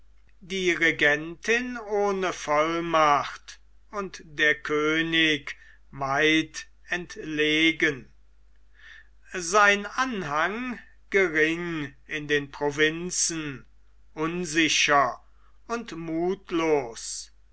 regentin ohne vollmacht und der könig weit entlegen sein anhang gering in den provinzen unsicher und muthlos